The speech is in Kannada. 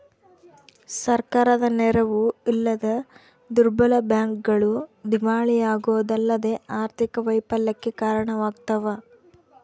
ಸರ್ಕಾರದ ನೆರವು ಇಲ್ಲದ ದುರ್ಬಲ ಬ್ಯಾಂಕ್ಗಳು ದಿವಾಳಿಯಾಗೋದಲ್ಲದೆ ಆರ್ಥಿಕ ವೈಫಲ್ಯಕ್ಕೆ ಕಾರಣವಾಗ್ತವ